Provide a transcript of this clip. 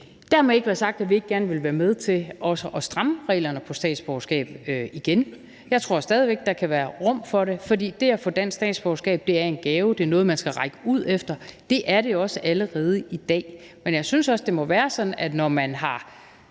Dermed ikke være sagt, at vi ikke også gerne vil være med til at stramme reglerne for statsborgerskab igen. Jeg tror stadig væk, der kan være rum for det, for det at få dansk statsborgerskab er en gave; det er noget, man skal række ud efter, og det er det også allerede i dag. Men jeg synes også, det må være sådan, at når man selv